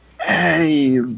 Hey